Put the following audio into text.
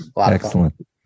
Excellent